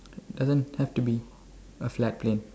doesn't have to be a flat plane